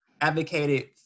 advocated